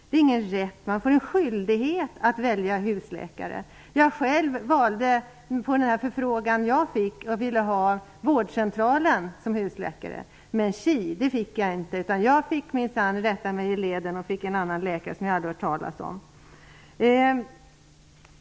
Det är ingen rätt. Man får en skyldighet att välja husläkare. På den förfrågan jag fick svarade jag att jag ville ha min vårdcentral som husläkare. Men tji, det fick jag inte. Jag fick minsann rätta in mig i ledet. Jag fick en läkare som jag aldrig har hört talas om.